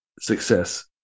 success